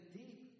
deep